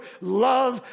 love